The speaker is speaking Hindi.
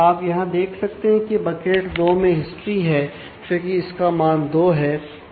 आप यहां देख सकते हैं कि बकेट दो में हिस्ट्री है क्योंकि इसका मान दो है